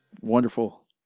wonderful